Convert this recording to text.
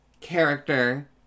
character